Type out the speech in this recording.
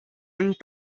and